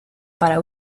para